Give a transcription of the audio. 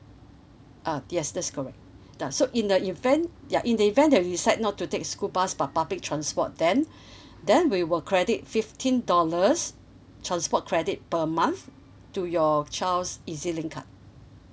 uh yes that's correct nah so in the event ya in the event that we decide not to take school bus but public transport then then we will credit fifteen dollars transport credit per month to your child's ezlink card